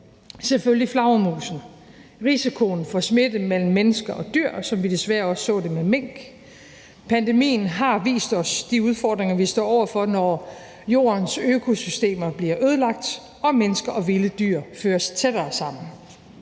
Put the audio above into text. selvfølgelig flagermusen, risikoen for smitte mellem mennesker og dyr, som vi desværre også så det med mink. Pandemien har vist os de udfordringer, vi står over for, når Jordens økosystemer bliver ødelagt, og mennesker og vilde dyr føres tættere sammen.